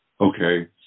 Okay